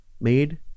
made